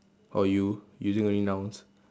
oh you using only nouns